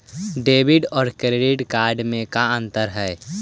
Debit और credit card में का अंतर हइ?